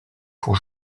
pour